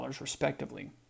respectively